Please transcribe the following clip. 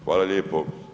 Hvala lijepo.